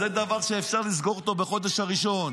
זה דבר שאפשר לסגור אותו בחודש הראשון.